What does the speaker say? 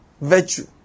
Virtue